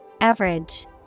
average